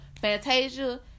Fantasia